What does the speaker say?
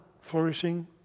flourishing